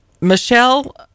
Michelle